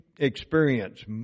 experience